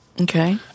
Okay